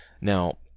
Now